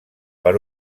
per